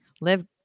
Live